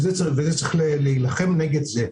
לכן צריך להילחם נגד זה.